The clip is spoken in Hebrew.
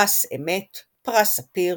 פרס א.מ.ת, פרס ספיר,